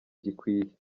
gikwiye